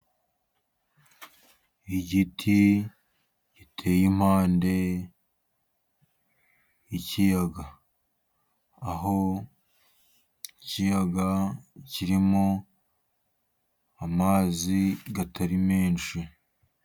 Igiti giteye impande y'ikiyaga, aho ikiyaga kirimo amazi atari menshi.